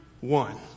one